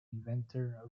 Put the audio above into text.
inventor